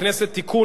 הכנסת (תיקון,